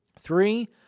Three